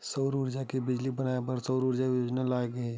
सउर उरजा ले बिजली बनाए बर सउर सूजला योजना लाए गे हे